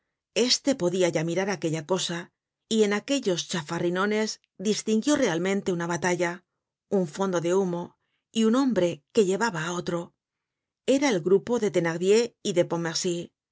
éste podia ya mirar aquella cosa y en aquellos chafarrinones distinguió realmente una batalla un fondo de humo y un hombre que llevaba á otro era el grupo de thenardier y de